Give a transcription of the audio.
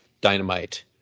Dynamite